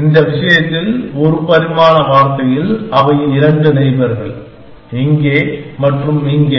இந்த விஷயத்தில் ஒரு பரிமாண வார்த்தையில் அவை இரண்டு நெய்பர்கள் இங்கே மற்றும் இங்கே